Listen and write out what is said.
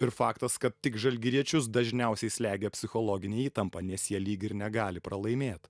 ir faktas kad tik žalgiriečius dažniausiai slegia psichologinė įtampa nes jie lyg ir negali pralaimėt